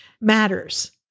matters